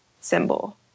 symbol